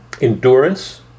endurance